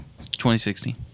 2016